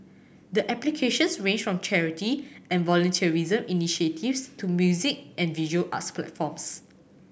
the applications ranged from charity and volunteerism initiatives to music and visual arts platforms